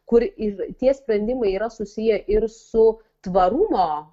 kur ir tie sprendimai yra susiję ir su tvarumo